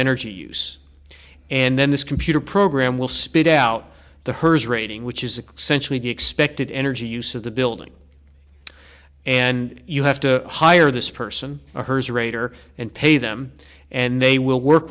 energy use and then this computer program will spit out the herz rating which is the century of the expected energy use of the building and you have to hire this person or hers rater and pay them and they will work